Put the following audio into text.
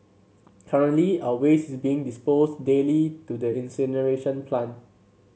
currently our waste is being disposed daily to the incineration plant